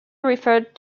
referred